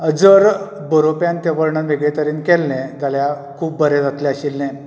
जर बरोवप्यान तें वर्णन वेगळें तरेन केल्लें जाल्यार खूब बरें जातलें आशिल्लें